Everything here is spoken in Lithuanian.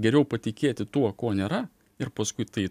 geriau patikėti tuo ko nėra ir paskui tai